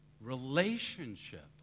relationship